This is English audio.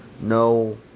No